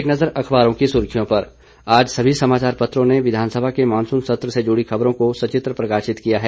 एक नज़र अखबारों की सुर्खियों पर आज सभी समाचार पत्रों ने विघानसभा के मानसून सत्र से जुड़ी खबरों को संचित्र प्रकाशित किया है